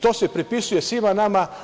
To se prepisuje svima nama.